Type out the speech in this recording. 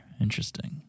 interesting